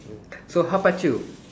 mm so how about you